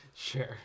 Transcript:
sure